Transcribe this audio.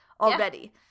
already